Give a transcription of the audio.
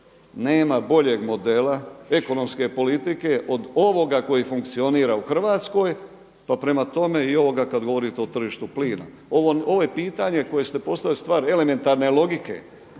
Nema boljeg modela ekonomske politike od ovoga koji funkcionira u Hrvatskoj, pa prema tome i ovoga kada govorite o tržištu plina. Ovo je pitanje koje ste postavili stvar elementarne logike.